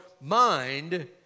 mind